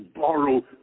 borrow